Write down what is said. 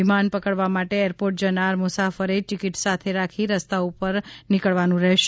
વિમાન પકડવા માટે એરપોર્ટ જનાર મુસાફરે ટિકિટ સાથે રાખી રસ્તા ઉપર નિકલવાનું રહેશે